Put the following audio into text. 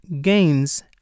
gains